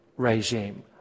regime